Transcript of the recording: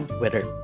Twitter